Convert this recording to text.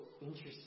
interesting